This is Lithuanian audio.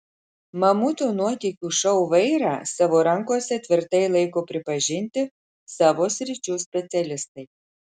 mamuto nuotykių šou vairą savo rankose tvirtai laiko pripažinti savo sričių specialistai